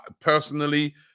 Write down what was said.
Personally